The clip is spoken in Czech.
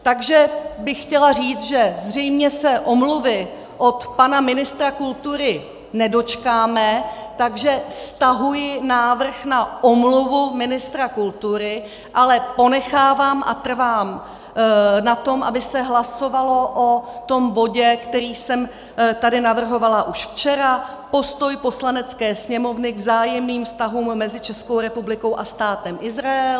Takže bych chtěla říct, že zřejmě se omluvy od pana ministra kultury nedočkáme, takže stahuji návrh na omluvu ministra kultury, ale ponechávám a trvám na tom, aby se hlasovalo o tom bodě, který jsem tady navrhovala už včera Postoj Poslanecké sněmovny k vzájemným vztahům mezi Českou republikou a Státem Izrael.